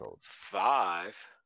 five